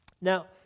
Now